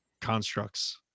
constructs